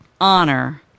honor